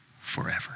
forever